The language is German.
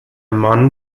mann